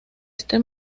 este